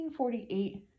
1848